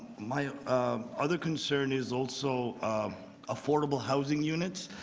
my um other concern is also affordable housing units.